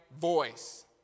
voice